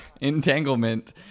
entanglement